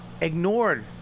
ignored